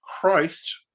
Christ